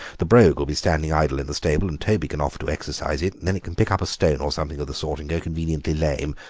the brogue will be standing idle in the stable and toby can offer to exercise it then it can pick up a stone or something of the sort and go conveniently lame.